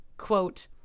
Quote